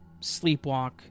sleepwalk